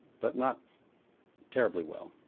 but not terribly well.